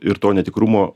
ir to netikrumo